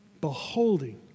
beholding